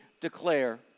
declare